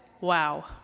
wow